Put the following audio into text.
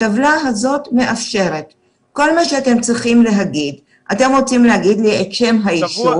אתם יכולים להגיד לי את שם היישוב